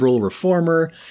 reformer